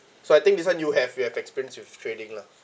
so I think this one you have you have experience with trading lah